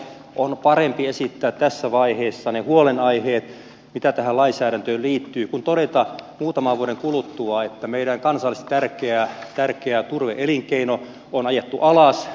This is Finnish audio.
on parempi esittää tässä vaiheessa ne huolenaiheet mitä tähän lainsäädäntöön liittyy kuin todeta muutaman vuoden kuluttua että meidän kansallisesti tärkeä turve elinkeino on ajettu alas